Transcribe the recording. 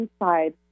inside